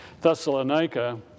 Thessalonica